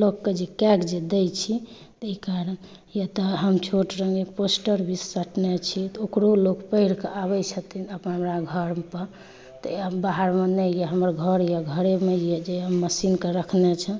लोक के जे कए कऽ जे दै छी ताहि कारण कियाक तऽ हम छोट रङ्गे पोस्टर भी सटने छी तऽ ओकरो लोक पैढ़ कऽ आबै छथिन अपन हमरा घर पर तऽ बाहर मे नहि यऽ हमर घर यऽ घर मे यऽ जे मशीन के रखने छी